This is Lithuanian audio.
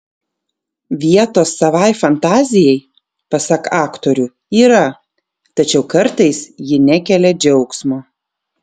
vietos savai fantazijai pasak aktorių yra tačiau kartais ji nekelia džiaugsmo